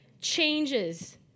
changes